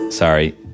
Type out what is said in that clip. Sorry